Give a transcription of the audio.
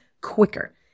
quicker